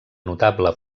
notable